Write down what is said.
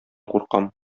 куркам